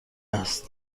است